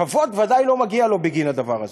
כבוד ודאי לא מגיע לו בגין הדבר הזה.